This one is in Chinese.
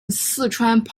四川